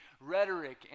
rhetoric